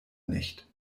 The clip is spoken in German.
nicht